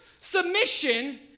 submission